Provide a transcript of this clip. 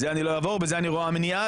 בזה אני רואה מניעה,